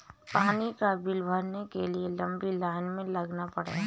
पानी का बिल भरने के लिए लंबी लाईन में लगना पड़ा